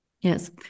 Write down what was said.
Yes